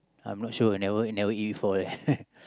I'm not sure when I never never eat before eh